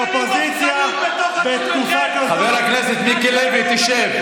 אופוזיציה בתקופה כזאת, חבר הכנסת מיקי לוי, תשב.